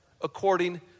according